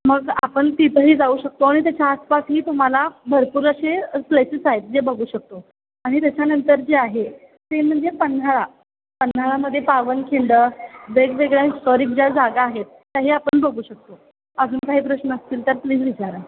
मग आपण तिथंही जाऊ शकतो आणि त्याच्या आसपासही तुम्हाला भरपूर असे प्लेसेस आहेत जे बघू शकतो आणि त्याच्यानंतर जे आहे ते म्हणजे पन्हाळा पन्हाळामध्ये पावनखिंड वेगवेगळ्या हिस्टॉरिक ज्या जागा आहेत त्याही आपण बघू शकतो अजून काही प्रश्न असतील तर प्लीज विचारा